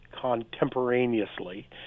contemporaneously